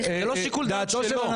זה לא שיקול דעת שלו.